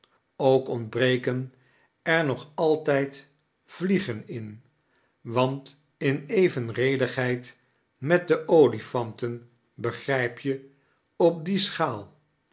ook ontbreken er nog altijd vliegen in want in evenredighedd met de olifanten begrijp je op die schaal